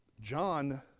John